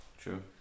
True